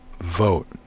vote